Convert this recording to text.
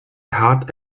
hart